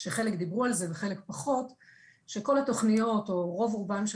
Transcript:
שחלק דיברו על זה וחלק פחות שכל התוכניות או לפחות רוב רובן של